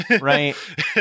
Right